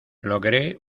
logré